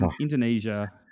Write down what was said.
Indonesia